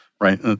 right